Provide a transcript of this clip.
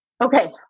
Okay